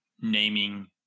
naming